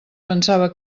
pensava